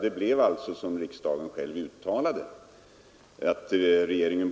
Det blev därför så som riksdagen själv hade uttalat önskemål om, nämligen